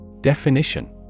Definition